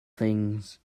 things